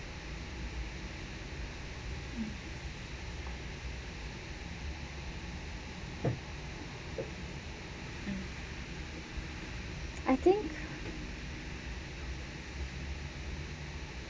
I think